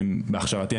בהכשרתי,